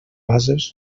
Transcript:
bases